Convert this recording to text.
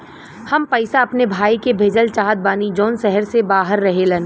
हम पैसा अपने भाई के भेजल चाहत बानी जौन शहर से बाहर रहेलन